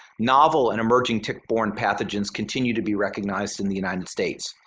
novel and emerging tick-borne pathogens continue to be recognized in the united states.